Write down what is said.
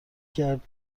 کرد